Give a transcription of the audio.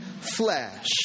flesh